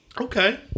Okay